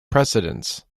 precedence